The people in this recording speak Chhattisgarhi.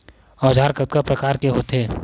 औजार कतना प्रकार के होथे?